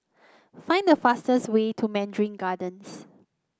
find the fastest way to Mandarin Gardens